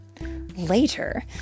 Later